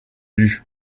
lut